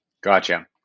Gotcha